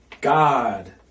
God